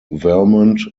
vermont